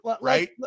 right